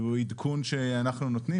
הוא עדכון שאנחנו נותנים.